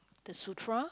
the sutra